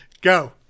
go